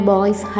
Boys